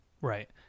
Right